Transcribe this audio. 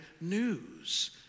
news